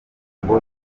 ngo